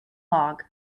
log